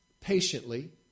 patiently